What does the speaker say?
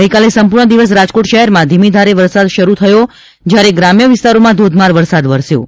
ગઈકાલે સંપુર્ણ દિવસ રાજકોટ શહેરમાં ધીમી ધારે વરસાદ શરૂ થયો હતો જયારે ગ્રામ્ય વિસ્તારોમાં ધોધમાર વરસાદ વરસ્યો હતો